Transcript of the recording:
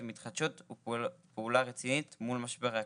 מתחדשות ופעולה רצינית מול משבר האקלים?